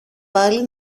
πάλι